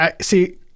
see